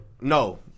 no